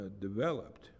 developed